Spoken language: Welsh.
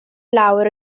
lawr